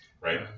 right